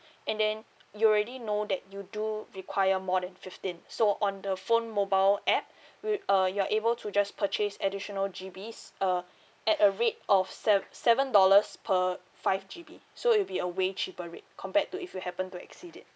and then you already know that you do require more than fifteen so on the phone mobile app uh you're able to just purchase additional G_Bs uh at a rate of seven dollars per five G_B so it'll be a way cheaper rate compared to if you happen to exceed it